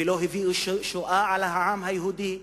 ולא הביאו שואה על העם היהודי.